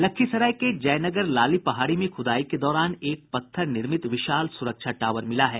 लखीसराय के जयनगर लाली पहाड़ी में खुदाई के दौरान एक पत्थर निर्मित विशाल सुरक्षा टावर मिला है